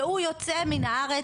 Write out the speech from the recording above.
שהוא יוצא מן הארץ,